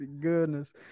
goodness